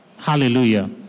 Hallelujah